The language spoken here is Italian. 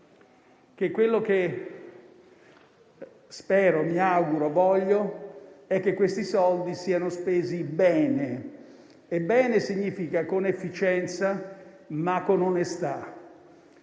che quello che spero, mi auguro e voglio è che questi soldi siano spesi bene e ciò significa con efficienza, ma con onestà.